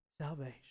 salvation